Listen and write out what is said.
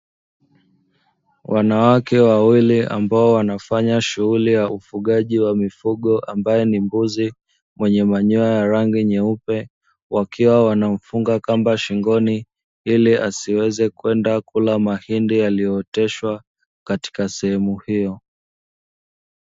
Wanawake wawili ambao wanafanya shughuli ya ufugaji wa mifugo ambayo ni mbuzi mwenye manyoya ya rangi nyeupe, wakiwa wanafunga kamba shingoni ili asiweze kwenda kula mahindi yaliyooteshwa katika sehemu hiyo.